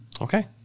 okay